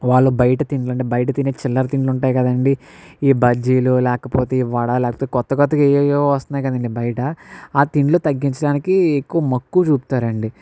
వాళ్ళు బయట తినరండి బయట తినే చిల్లర తిండ్లుంటాయ్ కదండీ ఈ బజ్జీలు లేకపోతే ఈ వడా లేకపోతే కొత్త కొత్త ఏఏయో వస్తున్నాయి గదండి బయట ఆ తిండ్లు తగ్గించడానికి ఎక్కువ మక్కువ చూపుతారండి